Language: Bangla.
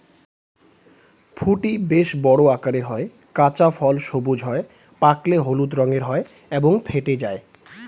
ফুটি বেশ বড় আকারের হয়, কাঁচা ফল সবুজ হয়, পাকলে হলুদ রঙের হয় এবং ফেটে যায়